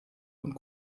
und